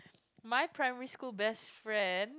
my primary school best friend